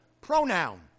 pronoun